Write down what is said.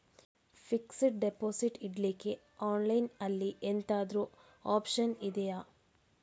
Fixed deposit ಇಡ್ಲಿಕ್ಕೆ online ಅಲ್ಲಿ ಎಂತಾದ್ರೂ ಒಪ್ಶನ್ ಇದ್ಯಾ?